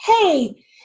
hey